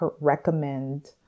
recommend